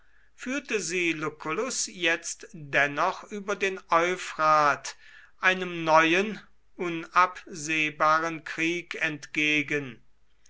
führte sie lucullus jetzt dennoch über den euphrat einem neuen unabsehbaren krieg entgegen